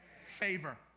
favor